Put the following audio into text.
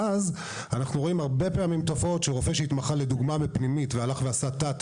ואז אנחנו רואים הרבה פעמים תופעות שרופא שהתמחה לדוגמה בפנימית ועשה תת